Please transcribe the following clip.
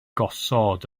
gosod